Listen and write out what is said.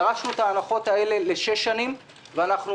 דרשנו את ההנחות האלה לשש שנים ואנחנו